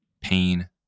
pain